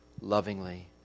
lovingly